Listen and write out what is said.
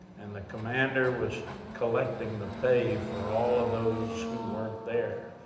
and the commander, was collecting the pay, for all of those who weren't there,